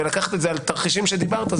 ולקחת את זה לתרחישים שדיברת,